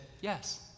yes